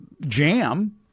jam